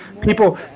people